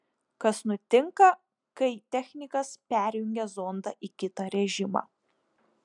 kas nutinka kai technikas perjungia zondą į kitą režimą